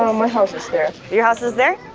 um my house is there your house is there?